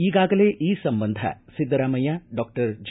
ಈಗಾಗಲೇ ಈ ಸಂಬಂಧ ಿದ್ದರಾಮಯ್ಯ ಡಾಕ್ಟರ್ ಜಿ